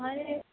મારે